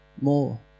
More